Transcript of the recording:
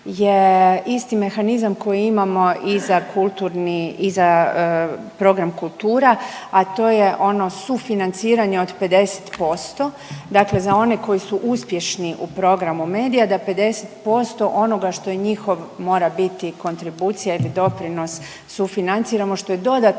je isti mehanizam koji imamo i za kulturni i za program kultura, a to je ono sufinanciranje od 50%. Dakle, za one koji su uspješni u programu medija da 50% onoga što je njihov mora biti kontribucija ili doprinos sufinanciramo što je dodatni